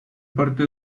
parte